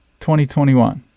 2021